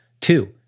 Two